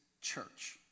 church